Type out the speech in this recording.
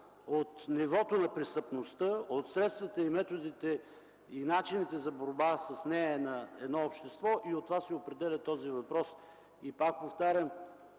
от нивото на престъпността, от средствата, методите и начините за борба с нея на едно общество. От това се определя този въпрос. Пак повтарям,